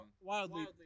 wildly